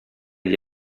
gli